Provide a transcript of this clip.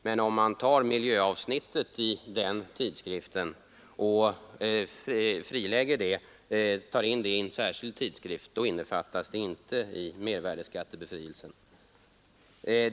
Men om man frilägger miljöavsnittet i denna tidskrift och tar in det i en särskild tidskrift, omfattas inte denna tidskrift av mervärdeskattebefrielsen.